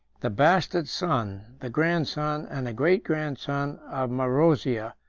the bastard son, the grandson, and the great-grandson of marozia,